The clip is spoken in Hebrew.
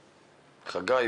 חגי,